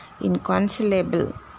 Inconsolable